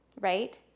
right